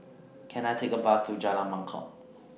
Can I Take A Bus to Jalan Mangkok